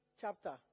Chapter